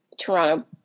Toronto